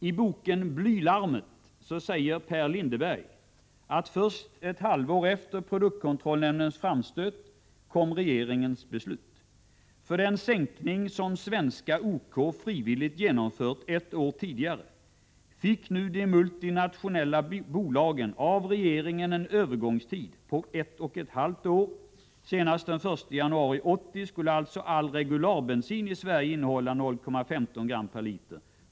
I boken Blylarmet säger Per Lindeberg, att först ett halvår efter produktkontrollnämndens framstöt kom regeringens beslut. För den sänkning som svenska OK frivilligt genomfört ett år tidigare fick nu de multinationella bolagen av regeringen en övergångstid på ett och ett halvt år. Senast den 1 januari 1980 skulle alltså all regularbensin i Sverige innehålla 0,15 gram per liter.